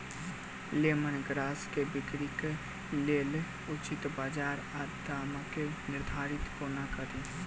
Lemon grass केँ बिक्रीक लेल उचित बजार आ दामक निर्धारण कोना कड़ी?